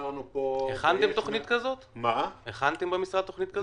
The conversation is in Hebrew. יצרנו פה --- הכנתם במשרד תכנית כזו?